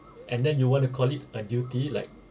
and then you want to call it a duty like